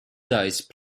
dice